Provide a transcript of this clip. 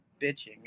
bitching